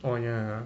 oh ya